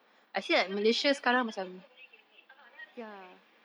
ya because their cases also very crazy ah that's why